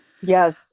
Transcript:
Yes